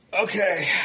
okay